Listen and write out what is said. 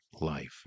life